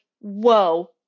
whoa